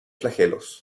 flagelos